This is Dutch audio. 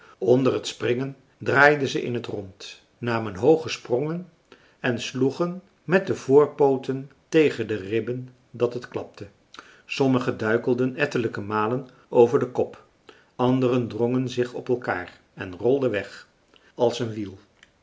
onder t springen draaiden ze in t rond namen hooge sprongen en sloegen met de voorpooten tegen de ribben dat het klapte sommige duikelden ettelijke malen over den kop anderen drongen zich op elkaar en rolden weg als een wiel